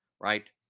right